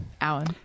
Alan